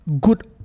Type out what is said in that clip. good